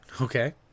Okay